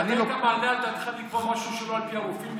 היית מעלה על דעתך לקבוע משהו שהוא לא על פי הרופאים,